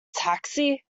taxi